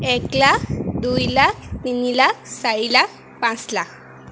এক লাখ দুই লাখ তিনি লাখ চাৰি লাখ পাঁচ লাখ